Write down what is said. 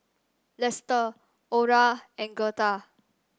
Lester Orah and Gertha